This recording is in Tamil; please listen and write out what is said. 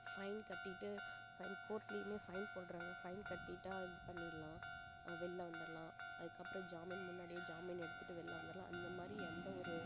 ஃபைன் கட்டிவிட்டு ஃபைன் கோர்ட்லேயுமே ஃபைன் போடுறாங்க ஃபைன் கட்டிவிட்டா இது பண்ணிடலாம் வெளில வந்துர்லாம் அதுக்கப்பறம் ஜாமீன் முன்னாடியே ஜாமீன் எடுத்துவிட்டு வெளில வந்துர்லாம் அந்த மாதிரி எந்த ஒரு